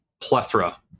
plethora